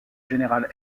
général